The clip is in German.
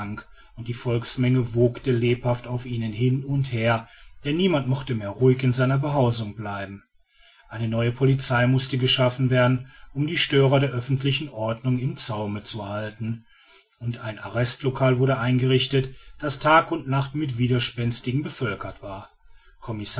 und die volksmenge wogte lebhaft auf ihnen hin und her denn niemand mochte mehr ruhig in seiner behausung bleiben eine neue polizei mußte geschaffen werden um die störer der öffentlichen ordnung im zaume zu halten und ein arrestlocal wurde eingerichtet das tag und nacht mit widerspenstigen bevölkert war